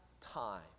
time